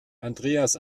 andreas